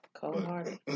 Cold-hearted